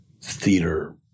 theater